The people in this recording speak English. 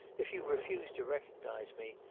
if you refused to recognise me,